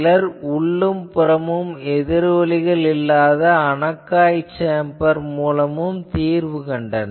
சிலர் உள்ளும் புறமும் எதிரொலிகள் இல்லாத அனக்காய் சேம்பர் மூலமும் தீர்வு கண்டறிந்தனர்